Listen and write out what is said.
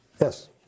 Yes